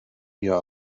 mir